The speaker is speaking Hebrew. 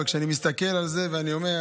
כשאני מסתכל על זה ואני אומר,